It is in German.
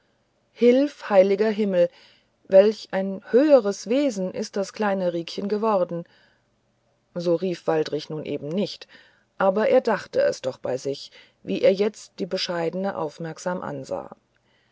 hilf heiliger himmel welch ein höheres wesen ist das kleine riekchen geworden so rief waldrich nun eben nicht aber er dachte es doch bei sich wie er jetzt die bescheidene aufmerksamer ansah